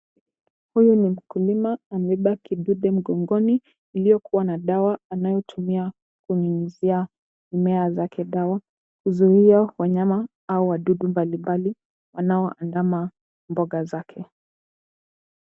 Huyu ni mkulima amebeba kidude mgongoni, iliyokuwa na dawa anayotumia kunyunyuzia mimea zake dawa kuzuia wanyama au wadudu mbalimbali wanaoandama mboga zake.